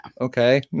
Okay